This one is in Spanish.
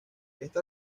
esta